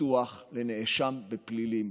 כמובן שנשים ואנשים יצאו להפגין